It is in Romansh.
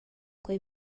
quei